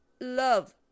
love